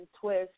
twist